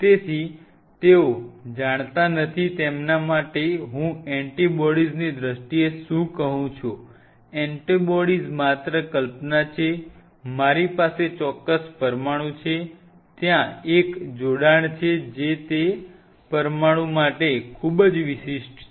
તેથી જેઓ જાણતા નથી તેમના માટે હું એન્ટિબોડીઝની દ્રષ્ટિએ શું કહું છું એન્ટિબોડીઝ માત્ર કલ્પના છે મારી પાસે ચોક્કસ પરમાણુ છે ત્યાં એક જોડાણ છે જે તે પરમાણુ માટે ખૂબ જ વિશિષ્ટ છે